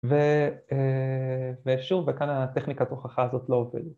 ‫ו... אה... ושוב, וכאן ה-טכניקת ‫הוכחה הזאת לא עובדת.